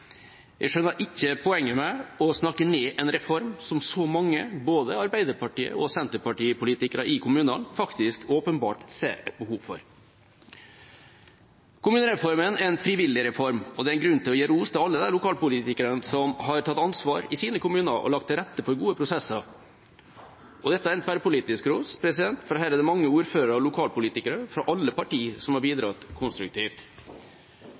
Jeg skjønner ikke poenget med å snakke ned en reform som så mange, både Arbeiderparti- og Senterparti-politikere i kommunene, faktisk åpenbart ser et behov for. Kommunereformen er en frivillig reform, og det er grunn til å gi ros til alle de lokalpolitikerne som har tatt ansvar i sine kommuner og lagt til rette for gode prosesser. Dette er en tverrpolitisk ros, for her er det mange ordførere og lokalpolitikere fra alle parti som har bidratt konstruktivt.